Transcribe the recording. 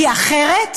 כי אחרת,